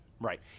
right